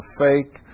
fake